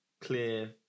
clear